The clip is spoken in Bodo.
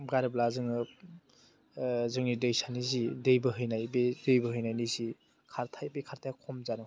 गारोब्ला जोङो जोंनि दैसानि जि दै बोहैनाय बे दै बोहैनायनि जि खारथाइ बे खारथाइआ खम जानो